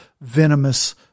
venomous